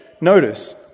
notice